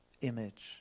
image